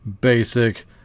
basic